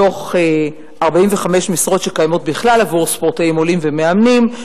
מתוך 45 משרות שקיימות בכלל עבור ספורטאים עולים ומאמנים,